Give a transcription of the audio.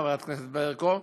חברת הכנסת ברקו,